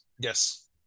yes